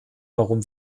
warum